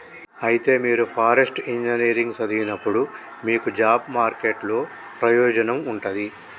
అయితే మీరు forest engineering సదివినప్పుడు మీకు జాబ్ మార్కెట్ లో ప్రయోజనం ఉంటది